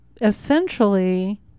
essentially